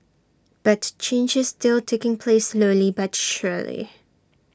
but change is still taking place slowly but surely